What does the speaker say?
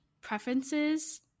preferences